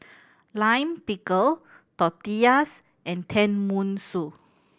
Lime Pickle Tortillas and Tenmusu